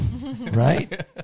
right